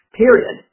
period